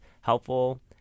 helpful